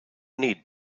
need